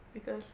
because